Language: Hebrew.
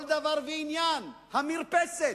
כל דבר ועניין, המרפסת,